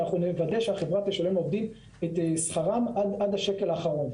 אנחנו נוודא שהחברה תשלם לעובדים את שכרם עד השקל האחרון.